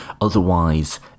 otherwise